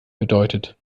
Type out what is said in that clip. bedeutet